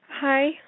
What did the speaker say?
Hi